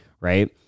right